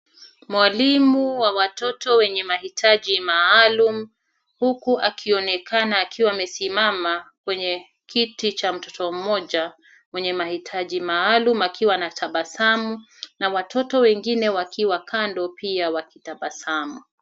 Mwalimu wa watoto wenye mahitaji maalum, huku akionekana akiwa amesiamama kwenye kiti cha mtoto mmoja mwenye mahitaji maalum akiwa anatabasamu, na watoto wengine pia wakiwa kando pia wakitabasamu.